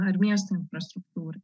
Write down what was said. ar miesto infrastruktūrai